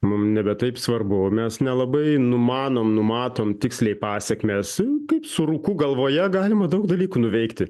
mum nebe taip svarbu mes nelabai numanom numatom tiksliai pasekmes kaip su rūku galvoje galima daug dalykų nuveikti